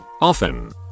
often